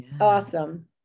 Awesome